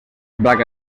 placa